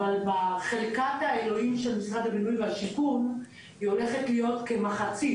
אבל בחלקת האלוהים של משרד הבינוי והשיכון היא הולכת להיות כמחצית.